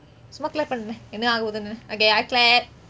சும்மா:summa clap பன்றேன் என்னதா ஆவப்போது:panren ennathaa avepothu okay I clap